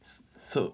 so